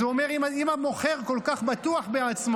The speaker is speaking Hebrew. אז הוא אומר: אם המוכר כל כך בטוח בעצמו,